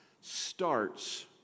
starts